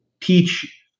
teach